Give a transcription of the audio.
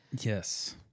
Yes